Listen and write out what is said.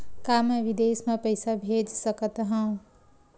का मैं विदेश म पईसा भेज सकत हव?